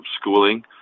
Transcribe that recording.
schooling